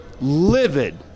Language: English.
livid